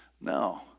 No